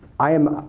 i'm